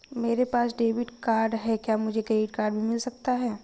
मेरे पास debit card है क्या मुझे क्रेडिट कार्ड भी मिल सकता है?